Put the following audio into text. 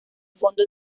fondo